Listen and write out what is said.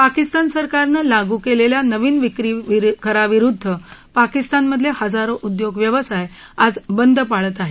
पाकिस्तान सरकारनं लागू केलेल्या नविन विक्रीकराविरुद्ध पाकिस्तानमधले हजारो उद्योग व्यवसाय आज बंद पाळत आहेत